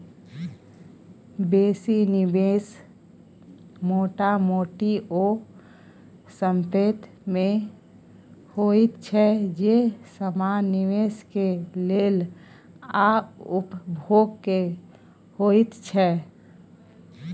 बेसी निवेश मोटा मोटी ओ संपेत में होइत छै जे समान निवेश के लेल आ उपभोग के होइत छै